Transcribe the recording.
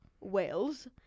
Wales